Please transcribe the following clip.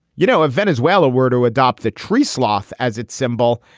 you know, if venezuela were to adopt the tree so cloth as its symbol,